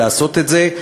לעשות את זה.